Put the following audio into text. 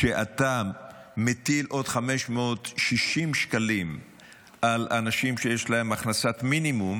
כשאתה מטיל עוד 560 שקלים על אנשים שיש להם הכנסת מינימום